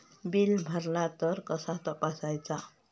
Bill भरला तर कसा तपसायचा?